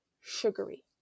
sugary